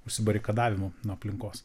užsibarikadavę nuo nuo aplinkos